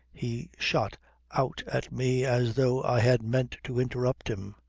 he shot out at me as though i had meant to interrupt him.